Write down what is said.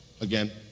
Again